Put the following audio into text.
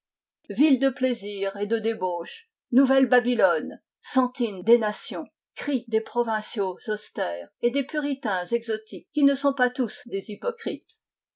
ville de plaisir et de débauche nouvelle babylone sentine des nations crient des provinciaux austères et des puritains exotiques qui ne sont pas tous des hypocrites